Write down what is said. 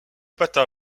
pattes